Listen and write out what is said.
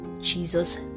jesus